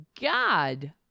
God